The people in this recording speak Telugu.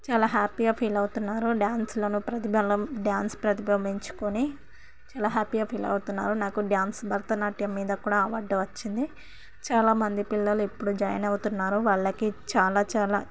చాలా హ్యాపీగా ఫీల్ అవుతున్నారు డ్యాన్స్లను ప్రతిభలం డ్యాన్స్ ప్రతిభ పెంచుకొని చాలా హ్యాపీగా ఫీల్ అవుతున్నారు నాకు డ్యాన్స్ భరతనాట్యం మీద కూడా అవార్డు వచ్చింది చాలామంది పిల్లలు ఎప్పుడూ జాయిన్ అవుతున్నారు వాళ్ళకి చాలా చాలా